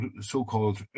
so-called